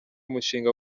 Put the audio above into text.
umushinga